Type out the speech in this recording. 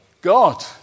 God